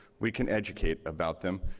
we can educate about them.